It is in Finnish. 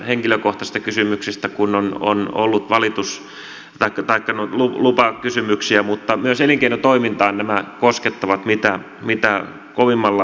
täällä on puhuttu paljon ihmisoikeuskysymyksistä henkilökohtaisista kysymyksistä kun on ollut lupakysymyksiä mutta myös elinkeinotoimintaa nämä koskettavat mitä kovimmalla tavalla